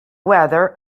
weather